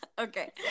Okay